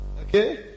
okay